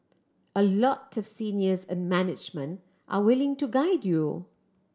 a lot of seniors and management are willing to guide you